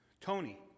Tony